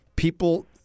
People